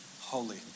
holy